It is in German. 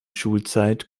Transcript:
schulzeit